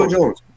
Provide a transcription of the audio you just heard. Jones